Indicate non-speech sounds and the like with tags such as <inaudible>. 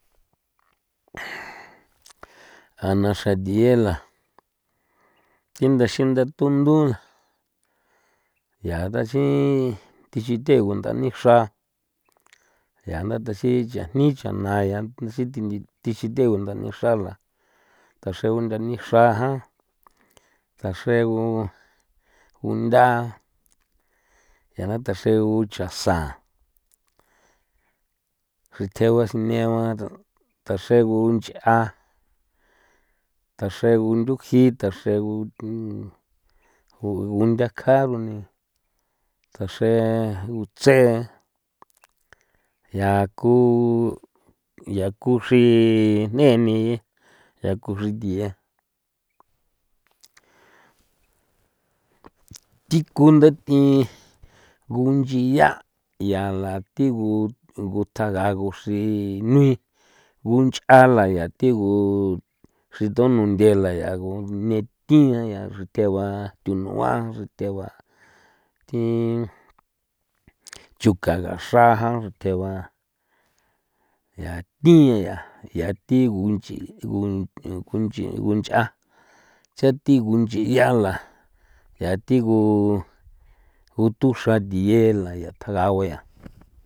<noise> a na xra thiye la <noise> thinda xinda tundu ya taxin thi xi the gundanixra ya tandaxi chajni chana ya ndaxin thin ndi thi xi the gundanixra la taxregu ndanixra jan taxregu guntha yana taxre uchasa ritjegua sinegua taxregu nch'a taxregu nthujin <noise> taxregu gundakjan rune taxregu tse ya ku ya ku xri nejni ya ku xri thiye <noise> thi ku ndathin ngu unchia yala thigu gutjaga guxri nui gunch'ala ya thigu <noise> xri thu nunthe la ya la gune thian ya xrithegua thunua xrithegua thin chukaga xra jan xritegua ya thia ya yati gunch gun gunch gunch'a cha thi gunchi yala ya thi gu guthuxra thiye la ya tjaga guaya.